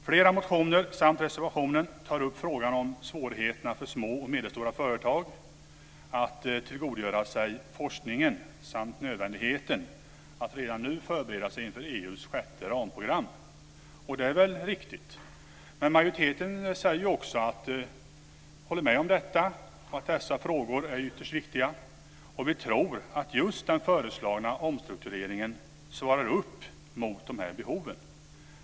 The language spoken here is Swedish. Flera motioner och reservationen tar upp frågan om svårigheterna för små och medelstora företag att tillgodogöra sig forskningen samt nödvändigheten att redan nu förbereda sig inför EU:s sjätte ramprogram, och det är väl riktigt. Majoriteten håller med om detta och att dessa frågor är ytterst viktiga. Vi tror att just den föreslagna omstruktureringen svarar upp mot de här behoven.